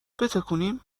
بتکونیم